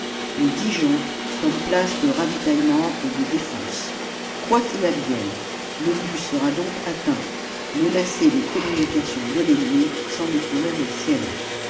et dijon comme place de ravitaillement et de défense quoi qu'il advienne le but sera donc atteint menacer les communications de l'ennemi sans découvrir les siennes